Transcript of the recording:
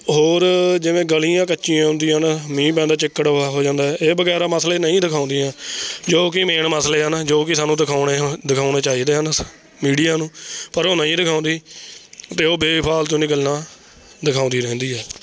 ਹੋਰ ਜਿਵੇਂ ਗਲੀਆਂ ਕੱਚੀਆਂ ਹੁੰਦੀਆਂ ਹੈ ਨਾ ਮੀਂਹ ਪੈਂਦਾ ਚਿੱਕੜ ਵਾ ਹੋ ਜਾਂਦਾ ਹੈ ਇਹ ਵਗੈਰਾ ਮਸਲੇ ਨਹੀਂ ਦਿਖਾਉਂਦੀਆਂ ਜੋ ਕਿ ਮੇਨ ਮਸਲੇ ਹਨ ਜੋ ਕਿ ਸਾਨੂੰ ਦਿਖਾਉਣੇ ਹ ਦਿਖਾਉਣੇ ਚਾਹੀਦੇ ਹਨ ਮੀਡੀਆ ਨੂੰ ਪਰ ਉਹ ਨਹੀਂ ਦਿਖਾਉਂਦੀ ਅਤੇ ਉਹ ਬੇਫਾਲਤੂ ਦੀ ਗੱਲਾਂ ਦਿਖਾਉਂਦੀ ਰਹਿੰਦੀ ਹੈ